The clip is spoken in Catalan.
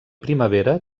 primavera